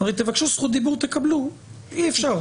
תבקשו זכות דיבור, תקבלו, אי אפשר.